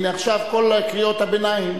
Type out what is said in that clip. הנה, עכשיו כל קריאות הביניים,